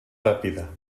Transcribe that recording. rápida